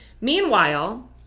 Meanwhile